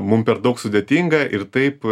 mum per daug sudėtinga ir taip